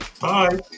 Bye